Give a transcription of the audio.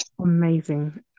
amazing